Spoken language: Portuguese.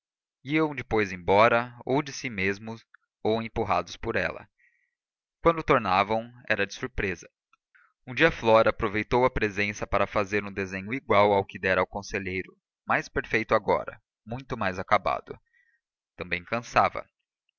ficavam iam depois embora ou de si mesmos ou empurrados por ela quando tornavam era de surpresa um dia flora aproveitou a presença para fazer um desenho igual ao que dera ao conselheiro mais perfeito agora muito mais acabado também cansava